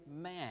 man